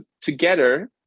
Together